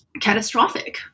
catastrophic